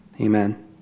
Amen